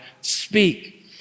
speak